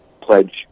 pledge